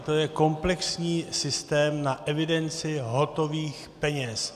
To je komplexní systém na evidenci hotových peněz.